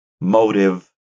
motive